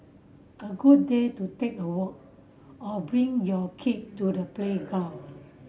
a good day to take a walk or bring your kid to the playground